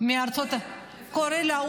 קורילה.